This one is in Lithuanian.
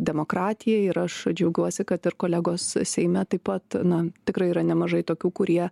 demokratijai ir aš džiaugiuosi kad ir kolegos seime taip pat na tikrai yra nemažai tokių kurie